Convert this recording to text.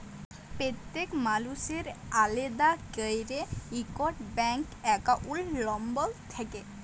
প্যত্তেক মালুসের আলেদা ক্যইরে ইকট ব্যাংক একাউল্ট লম্বর থ্যাকে